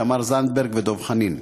תמר זנדברג ודב חנין.